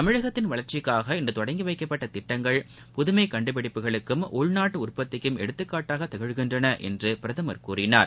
தமிழகத்தின் வளர்ச்சிக்காக இன்று தொடங்கி வைக்கப்பட்ட திட்டங்கள் புதுமை கண்டுபிடிப்புகளுக்கும் உள்நாட்டு உற்பத்திக்கும் எடுத்துக்காட்டாக திகழ்கின்றன என்று அவர் கூறினார்